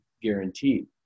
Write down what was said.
guaranteed